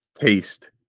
taste